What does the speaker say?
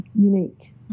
unique